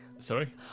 Sorry